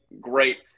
great